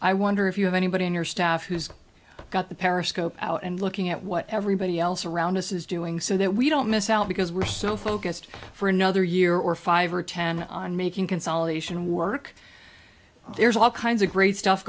i wonder if you have anybody in your staff who's got the periscope out and looking at what everybody else around us is doing so that we don't miss out because we're so focused for another year or five or ten on making consolidation work there's all kinds of great stuff